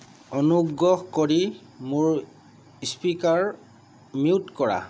অনুগ্ৰহ কৰি মোৰ স্পিকাৰ মিউট কৰা